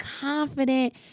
confident